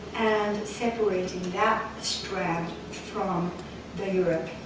and separating that strand from the europe.